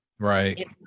Right